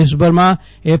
દેશભરમાં એફ